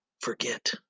forget